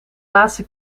laatste